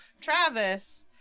Travis